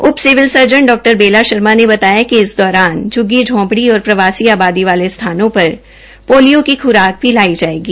उप civil surgeon Dr Bela Sharma ने बताया कि इस दौरान झुग्गी झोपड़ी और प्रवासी आबादी वाले स्थानों पर पोलियो की ख्राक पिलाई जायेगी